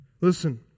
Listen